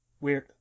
Weird